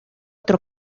otro